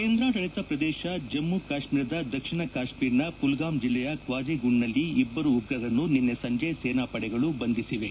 ಕೇಂದ್ರಾಡಳಿತ ಪ್ರದೇಶ ಜಮ್ಮೆ ಕಾಶ್ಮೀರದ ದಕ್ಷಿಣ ಕಾಶ್ಮೀರ ಪುಲ್ಲಾಮ್ ಜಿಲ್ಲೆಯ ಕ್ವಾಜಿಗುಂಡ್ನಲ್ಲಿ ಇಬ್ಬರು ಉಗ್ರರನ್ನು ನಿನ್ನೆ ಸಂಜೆ ಸೇನಾಪಡೆಗಳು ಬಂಧಿಸಿವೆ